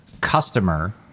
customer